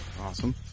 Awesome